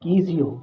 ਕੀ ਸੀ ਉਹ